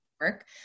work